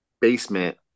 basement